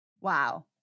Wow